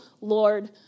Lord